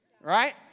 Right